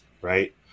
right